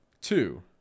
Two